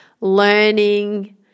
learning